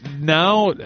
now